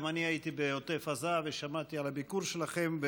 גם אני הייתי בעוטף עזה ושמעתי על הביקור שלכם.